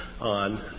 on